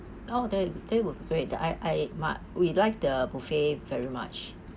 oh that that would be great the I I muc~ we like the buffet very much